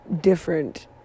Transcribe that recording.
different